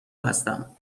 هستم